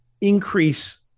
increase